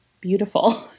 beautiful